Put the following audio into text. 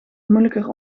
moeilijker